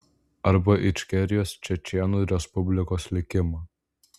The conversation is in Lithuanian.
arba ičkerijos čečėnų respublikos likimą